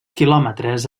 quilòmetres